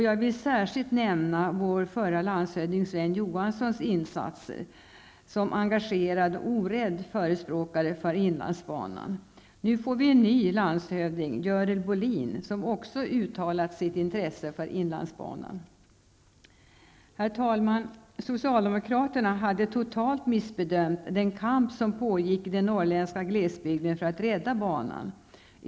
Jag vill särskilt nämna vår förre landshövding Sven Johanssons insatser som engagerad och orädd förespråkare för inlandsbanan. Nu får vi en ny landshövding, Görel Bohlin, som också har uttalat sitt intresse för inlandsbanan. Herr talman! Socialdemokraterna hade totalt missbedömt den kamp som pågick i den norrländska glesbyden för att rädda banan.